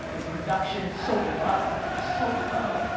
in production, it's so low. it's so low.